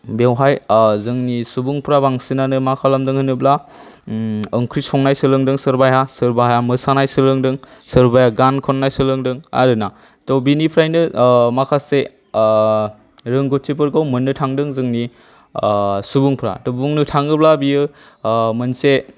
बेवहाय जोंनि सुबुंफोरा बांसिनानो मा खालामदों होनोब्ला ओंख्रि संनाय सोलोंदों सोरबाया सोरबाया मोसानाय सोलोंदों सोरबाया गान खननाय सोलोंदों आरोना त' बेनिफ्रायनो माखासे रोंगौथिफोरखौ मोननो थांदों जोंनि सुबुंफोरा त' बुंनो थाङोब्ला बियो ओ मोनसे